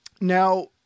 Now